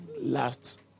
last